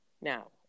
now